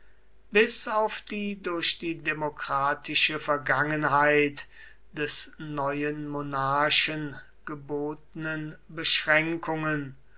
bis auf die durch die demokratische vergangenheit des neuen monarchen gebotenen beschränkungen